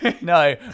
No